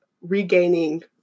regaining